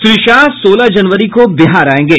श्री शाह सोलह जनवरी को बिहार आयेंगे